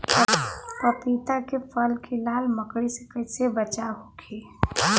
पपीता के फल के लाल मकड़ी से कइसे बचाव होखि?